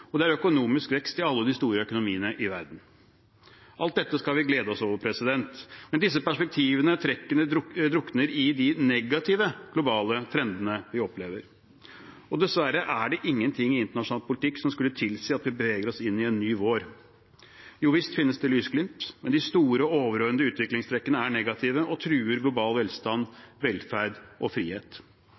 og det er økonomisk vekst i alle de store økonomiene i verden. Alt dette skal vi glede oss over. Men disse perspektivene og trekkene drukner i de negative globale trendene vi opplever, og dessverre er det ingenting i internasjonal politikk som skulle tilsi at vi beveger oss inn i en ny vår. Visst finnes det lysglimt, men de store, overordnede utviklingstrekkene er negative og truer global velstand, velferd og frihet.